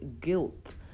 guilt